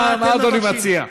מה אדוני מציע?